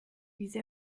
diese